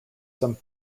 some